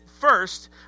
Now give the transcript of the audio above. first